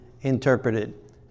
interpreted